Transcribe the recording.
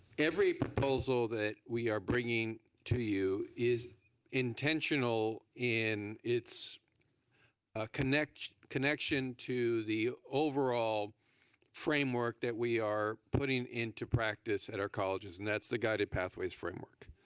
every proposal that we are bringing to you is intentional in its ah connection connection to the overall framework that we are putting into practice at our colleges and that's the guided pathways framework,